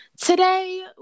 Today